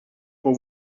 pour